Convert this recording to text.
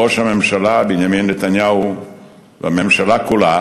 ראש הממשלה בנימין נתניהו והממשלה כולה